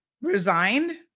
resigned